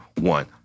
one